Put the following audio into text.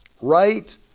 right